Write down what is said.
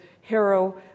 hero